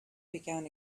began